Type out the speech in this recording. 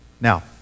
Now